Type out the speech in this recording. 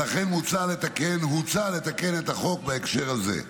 ולכן הוצע לתקן את החוק בהקשר הזה.